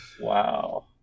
Wow